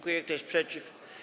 Kto jest przeciw?